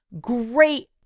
great